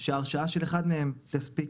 שההרשאה של אחד מהם תספיק.